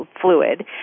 fluid